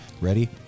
ready